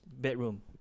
Bedroom